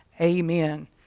Amen